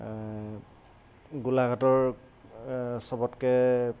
গোলাঘাটৰ চবতকৈ